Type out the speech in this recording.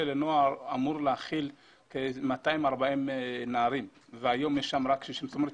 לנוער אמור להכיל 240 נערים והיום יש שם רק 60. זאת אומרת,